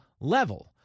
level